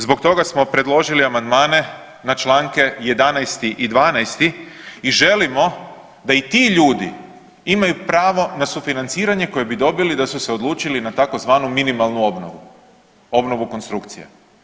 Zbog toga smo predložili amandmane na čl.11. i 12. i želimo da i ti ljudi imaju pravo na sufinanciranje koje bi dobili da su se odlučili na tzv. minimalnu obnovu, obnovu konstrukcije.